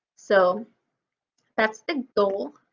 so that's the goal.